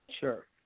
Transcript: Sure